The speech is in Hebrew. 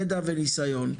הזדמנות למעיגל אלהואשלה,